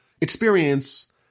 experience